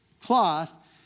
cloth